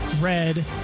red